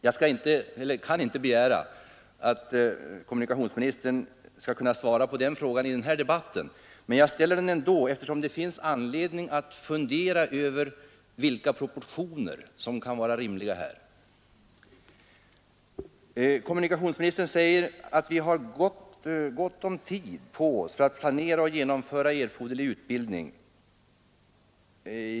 Man kanske inte kan begära att kommunikationsministern skall kunna svara på den frågan i den här debatten, men jag ställer den ändå eftersom det finns anledning att fundera över vilka proportioner som kan anses rimliga. Kommunikationsministern säger att vi har god tid på oss att planera och genomföra erforderlig utbildning.